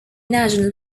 national